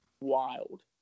wild